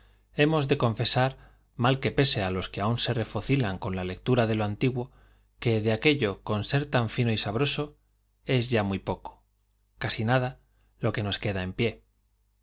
hemos de confesar mal que pese á los que aun se refocilan con la lectura de lo antiguo que de aquello con ser tan fino y sabroso es ya muy poco casi nada lo que queda en pie